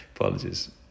Apologies